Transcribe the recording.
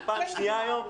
פעם שנייה היום.